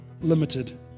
limited